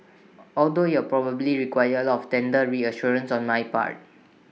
although IT will probably require A lot of tender reassurances on my part